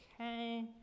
Okay